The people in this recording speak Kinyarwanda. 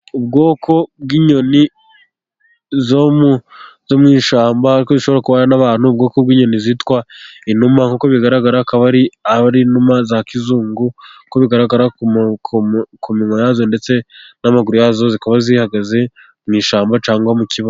Ubwoko bw'inyoni zo mu ishyamba ariko zishobora kubana n'abantu, ubwoko bw'inyoni zitwa inuma, nk'uko bigaragara akaba ari ari inuma za kizungu, uko bigaragara ku minwa yazo ndetse n'amaguru yazo, zikaba zihagaze mu ishyamba cyangwa mu kibuga.